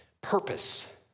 purpose